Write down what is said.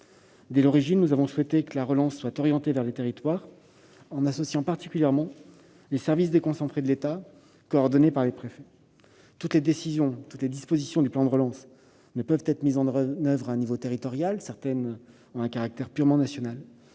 Dès l'origine, nous avons voulu que la relance soit orientée vers les territoires en associant particulièrement les services déconcentrés de l'État, coordonnés par les préfets. Toutes les dispositions du plan de relance ne peuvent être mises en oeuvre à l'échelon territorial, certaines ayant un caractère purement national.